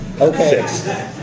Okay